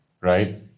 right